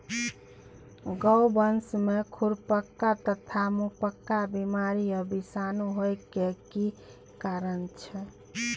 गोवंश में खुरपका तथा मुंहपका बीमारी आ विषाणु होय के की कारण छै?